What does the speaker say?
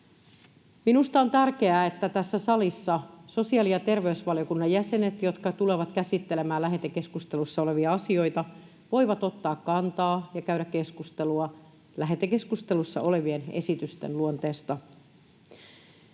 Minusta on tärkeää, että tässä salissa sosiaali- ja terveysvaliokunnan jäsenet, jotka tulevat käsittelemään lähetekeskustelussa olevia asioita, voivat ottaa kantaa ja käydä keskustelua lähetekeskustelussa olevien esitysten luonteesta.